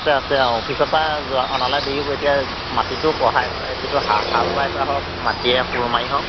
আছে আছে অঁ অফিচৰপৰা যোৱা অনালৈ দেৰি হ'ব এতিয়া মাটি কঢ়াই যিটো হা হাল বায় থোৱাই হওক মাটিৰে কোৰ মাৰি হওক